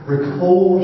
Recall